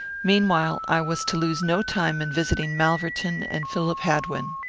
meanwhile, i was to lose no time in visiting malverton and philip hadwin.